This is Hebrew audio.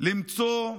למצוא משוואה,